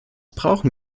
brauchen